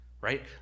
Right